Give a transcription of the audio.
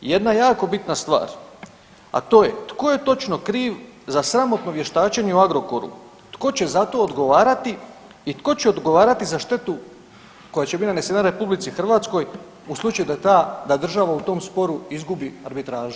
I jedna jako bitna stvar, a to je tko je točno kriv za sramotno vještačenje u Agrokoru, tko će za to odgovarati i tko će odgovarati za štetu koja će biti nanesena RH u slučaju da ta, da država u tom sporu izgubi arbitražu?